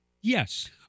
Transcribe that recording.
Yes